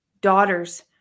daughters